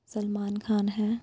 ਸਲਮਾਨ ਖਾਨ ਹੈ